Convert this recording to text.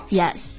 yes